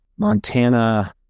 montana